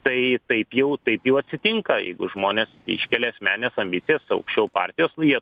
tai taip jau taip jau atsitinka jeigu žmonės iškelia asmenines ambicijas aukščiau partijos nu jie